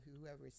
whoever